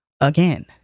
again